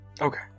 Okay